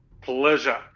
pleasure